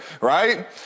right